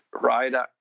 rider